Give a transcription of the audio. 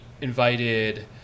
invited